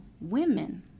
Women